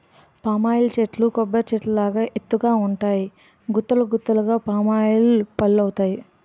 palm oil చెట్లు కొబ్బరి చెట్టు లాగా ఎత్తు గ ఉంటాయి గుత్తులు గుత్తులు పామాయిల్ పల్లువత్తాయి